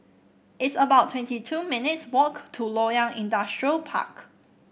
it's about twenty two minutes' walk to Loyang Industrial Park